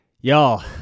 y'all